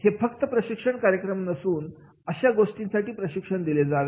हे फक्त प्रशिक्षण कार्यक्रम नसून अशा गोष्टीसाठी प्रशिक्षण दिले जावे